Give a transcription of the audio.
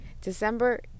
December